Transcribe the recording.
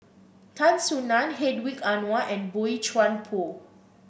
Tan Soo Nan Hedwig Anuar and Boey Chuan Poh